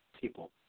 people